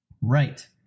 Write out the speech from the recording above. Right